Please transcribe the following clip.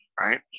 right